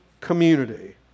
community